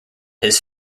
his